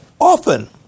often